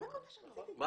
מה פתאום?